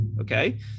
okay